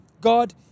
God